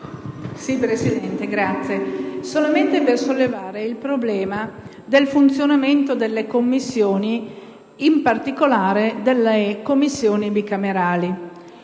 Presidente, vorrei sollevare il problema del funzionamento delle Commissioni, in particolare delle Commissioni bicamerali.